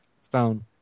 Stone